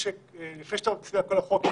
נקיים עכשיו הצבעה על החוק.